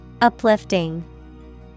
Uplifting